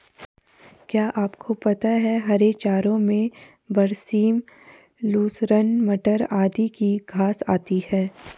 क्या आपको पता है हरे चारों में बरसीम, लूसर्न, मटर आदि की घांस आती है?